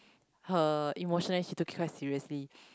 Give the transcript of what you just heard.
her emotional and she took it quite seriously